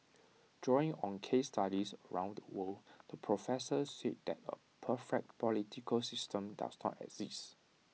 drawing on case studies around the world the professor said that A perfect political system does not exist